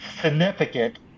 significant